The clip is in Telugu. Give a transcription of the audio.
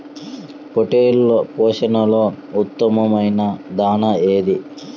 పొట్టెళ్ల పోషణలో ఉత్తమమైన దాణా ఏది?